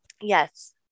Yes